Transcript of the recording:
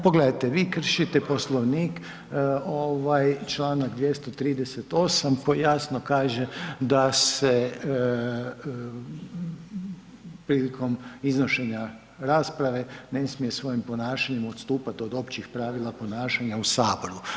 Pogledajte vi kršite Poslovnika čl. 238. koji jasno kaže da se prilikom iznošenja rasprave ne smije svojim ponašanjem odstupat od općih pravila ponašanja u Saboru.